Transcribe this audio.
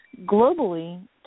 globally